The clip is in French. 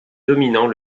dominant